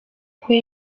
kwe